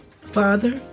Father